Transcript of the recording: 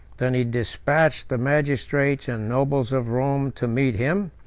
than he despatched the magistrates and nobles of rome to meet him,